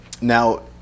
now